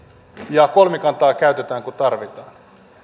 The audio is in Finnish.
ja kolmikantaa käytetään kun tarvitaan